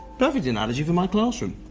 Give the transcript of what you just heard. perfect analogy for my classroom.